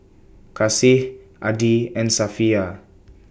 Kasih Adi and Safiya